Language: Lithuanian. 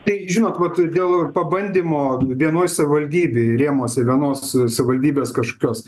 tai žinot vat dėl pabandymo vienoj savivaldybėj rėmuose vienos savivaldybės kažkokios